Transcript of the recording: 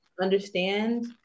understand